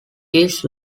east